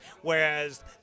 whereas